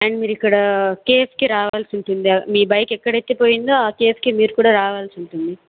and మీరిక్కడా కేఫ్కి రావాల్సి ఉంటుంది మీ బైక్ ఎక్కడయితే పోయిందో ఆ కేఫ్కి మీరు కూడా రావాల్సి ఉంటుంది